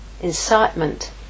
Incitement